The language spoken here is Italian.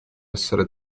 essere